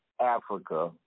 Africa